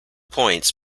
points